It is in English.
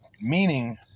meaning